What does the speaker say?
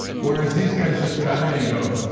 whereas these guys just come in and go,